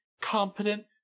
competent